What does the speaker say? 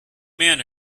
men